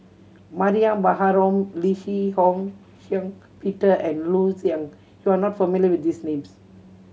Mariam Baharom Lee Shihong Shiong Peter and Loo Zihan You are not familiar with these names